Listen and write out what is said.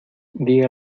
diga